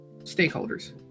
stakeholders